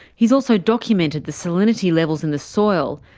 he's also documented the salinity levels in the soil,